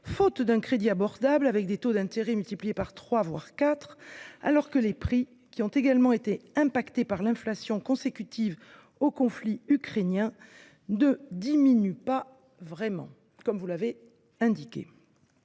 faute d’un crédit abordable, avec des taux d’intérêt multipliés par trois, voire quatre, alors que les prix, qui ont également été impactés par l’inflation consécutive au conflit ukrainien, ne diminuent pas vraiment, comme vous l’avez indiqué,